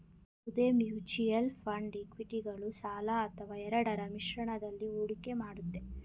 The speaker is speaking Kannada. ಯಾವುದೇ ಮ್ಯೂಚುಯಲ್ ಫಂಡ್ ಇಕ್ವಿಟಿಗಳು ಸಾಲ ಅಥವಾ ಎರಡರ ಮಿಶ್ರಣದಲ್ಲಿ ಹೂಡಿಕೆ ಮಾಡುತ್ತೆ